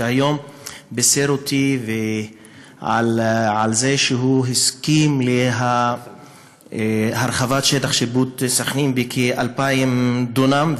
שהיום בישר לי שהוא הסכים להרחבת שטח השיפוט של סח'נין בכ-2,000 דונם,